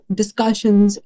discussions